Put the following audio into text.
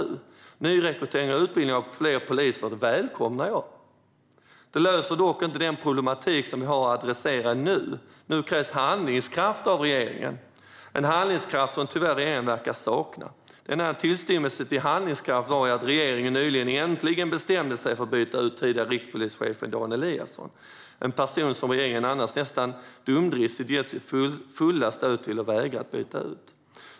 Jag välkomnar nyrekrytering och utbildning av fler poliser, men detta löser inte den problematik som vi har att adressera nu. Nu krävs handlingskraft av regeringen - en handlingskraft som man tyvärr verkar sakna. Den enda tillstymmelsen till handlingskraft var att regeringen nyligen äntligen bestämde sig för att byta ut den tidigare rikspolischefen Dan Eliasson, en person som regeringen annars nästan dumdristigt har gett sitt fulla stöd till och vägrat att byta ut.